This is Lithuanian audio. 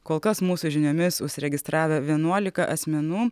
kol kas mūsų žiniomis užsiregistravę vienuolika asmenų